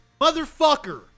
Motherfucker